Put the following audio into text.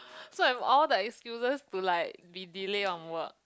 so I'm all the excuse to like be delay on work